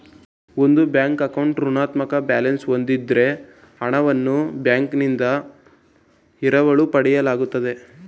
ಒಂದು ಅಕೌಂಟ್ ಋಣಾತ್ಮಕ ಬ್ಯಾಲೆನ್ಸ್ ಹೂಂದಿದ್ದ್ರೆ ಹಣವನ್ನು ಬ್ಯಾಂಕ್ನಿಂದ ಎರವಲು ಪಡೆಯಲಾಗುತ್ತೆ